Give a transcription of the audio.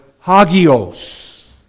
hagios